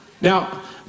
Now